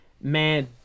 man